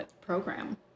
Program